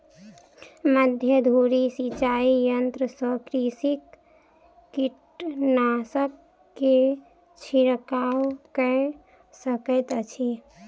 मध्य धूरी सिचाई यंत्र सॅ कृषक कीटनाशक के छिड़काव कय सकैत अछि